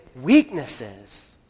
weaknesses